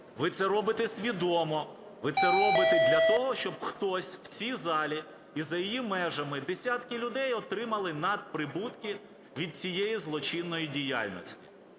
Ви це робите свідомо. Ви це робите для того, щоб хтось в цій залі і за її межами, десятки людей отримали надприбутки від цієї злочинної діяльності.